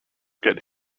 get